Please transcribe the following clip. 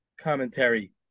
commentary